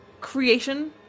creation